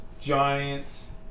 Giants